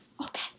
Okay